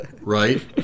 right